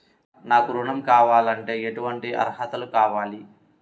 నాకు ఋణం కావాలంటే ఏటువంటి అర్హతలు కావాలి?